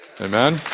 Amen